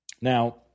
Now